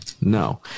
No